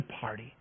party